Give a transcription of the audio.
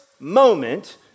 moment